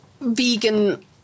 vegan